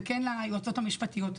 וליועצות המשפטיות,